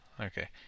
Okay